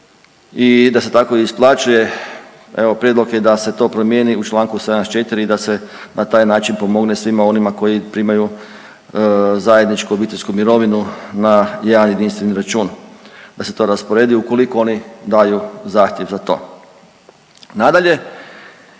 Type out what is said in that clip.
i da se tako i isplaćuje. Evo, prijedlog je da se to promijeni u čl. 74 i da se na takav način pomogne svima onima koji primaju zajedničku obiteljsku mirovinu na jedan jedinstveni račun, da se to rasporedi ukoliko oni daju zahtjev za to. Nadalje,